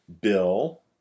Bill